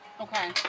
Okay